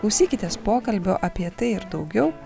klausykitės pokalbio apie tai ir daugiau